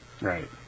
Right